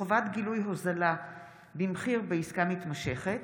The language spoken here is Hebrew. חובת גילוי הוזלה במחיר בעסקה מתמשכת),